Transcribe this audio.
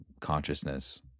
consciousness